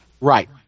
Right